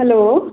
hello